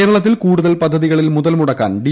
കേരളത്തിൽ കൂടുതൽ പദ്ധതികളിൽ മുതൽമുടക്കാൻ ഡി